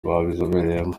babizobereyemo